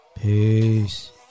Peace